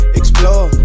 explore